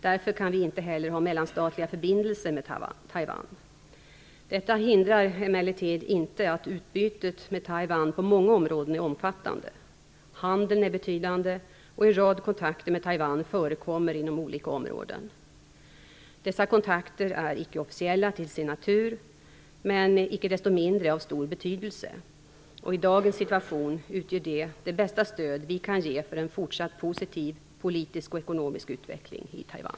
Därför kan vi inte heller ha mellanstatliga förbindelser med Taiwan. Detta hindrar emellertid inte att utbytet med Taiwan på många områden är omfattande. Handeln är betydande, och en rad kontakter med Taiwan förekommer inom olika områden. Dessa kontakter är ickeofficiella till sin natur men icke desto mindre av stor betydelse, och i dagens situation utgör de det bästa stöd vi kan ge för en fortsatt positiv politisk och ekonomisk utveckling i Taiwan.